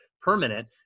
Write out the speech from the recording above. permanent